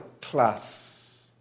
class